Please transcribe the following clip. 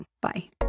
Bye